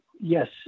yes